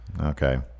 Okay